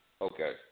Okay